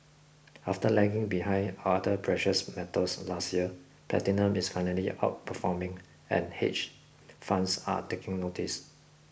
after lagging behind other precious metals last year platinum is finally outperforming and hedge funds are taking notice